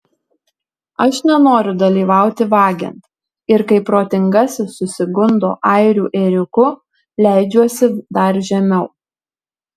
aš nenoriu dalyvauti vagiant ir kai protingasis susigundo airių ėriuku leidžiuosi dar žemiau